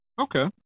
Okay